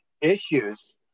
issues